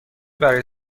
برای